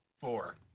four